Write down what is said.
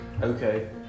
okay